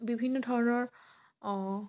বিভিন্ন ধৰণৰ অঁ